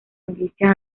milicias